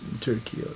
Turkey